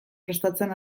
prestatzen